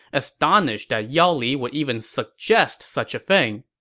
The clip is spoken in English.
astonished that yao li would even suggest such a thing.